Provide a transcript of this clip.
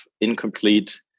incomplete